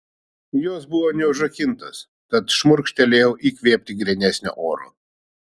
jos buvo neužrakintos tad šmurkštelėjau įkvėpti grynesnio oro